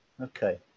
Okay